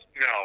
no